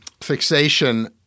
fixation